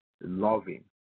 loving